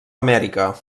amèrica